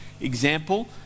example